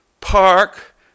Park